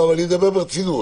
אני מדבר ברצינות.